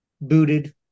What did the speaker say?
booted